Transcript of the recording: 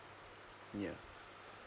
yeah